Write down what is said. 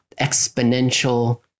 exponential